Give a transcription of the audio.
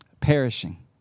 perishing